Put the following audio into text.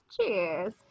Cheers